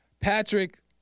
Patrick